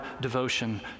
devotion